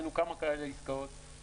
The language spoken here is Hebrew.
ראינו כמה עסקאות כאלה.